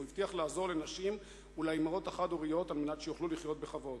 הוא הבטיח לעזור לנשים ולאמהות חד-הוריות על מנת שיוכלו לחיות בכבוד.